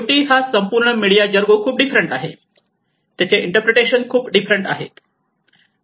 शेवटी हा संपूर्ण मीडिया जरगो खूप डिफरंट आहे त्याचे इंटरप्रिटेशन खूप डिफरंट आहे